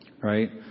right